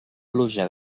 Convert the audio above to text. pluja